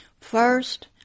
First